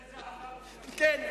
כן.